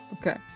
Okay